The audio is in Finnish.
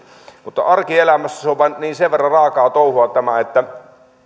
mutta arkielämässä tämä on vain sen verran raakaa touhua että